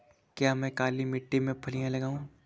क्या मैं काली मिट्टी में फलियां लगाऊँ?